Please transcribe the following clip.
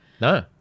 No